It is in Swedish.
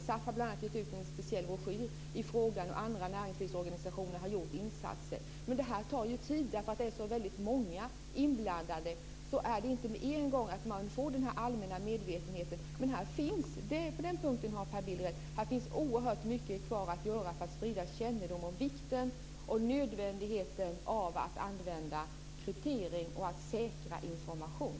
SAF har gett ut en speciell broschyr i frågan, och även andra näringslivsorganisationer har agerat. Det här tar dock tid. Eftersom så väldigt många är inblandade får man inte omedelbart en allmän medvetenhet. Per Bill har dock rätt på en punkt, nämligen att det finns oerhört mycket kvar att göra för att sprida kännedom om vikten och nödvändigheten av att använda kryptering och av att säkra information.